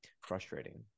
frustrating